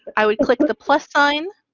i would click the plus sign